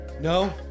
No